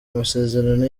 masezerano